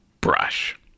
Brush